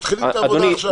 אדוני,